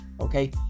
okay